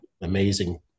amazing